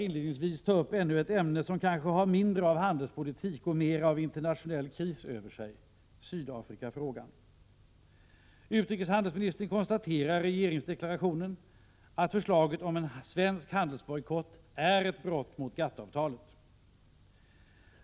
Inledningsvis vill jag ta upp ännu ett ämne som kanske har mindre av handelspolitik och mer av internationell kris över sig — Sydafrikafrågan. Utrikeshandelsministern konstaterar i regeringsdeklarationen att förslaget om en svensk handelsbojkott är ett brott mot GATT-avtalet.